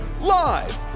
live